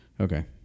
Okay